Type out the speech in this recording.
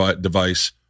device